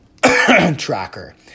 tracker